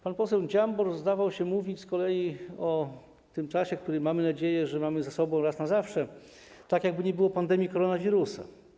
Pan poseł Dziambor zdawał się z kolei mówić o czasie, który - mamy nadzieję - mamy za sobą raz na zawsze, tak jakby nie było pandemii koronawirusa.